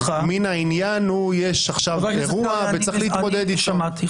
מן העניין הוא שיש עכשיו אירוע וצריך להתמודד איתו -- אני שמעתי.